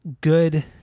good